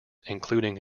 including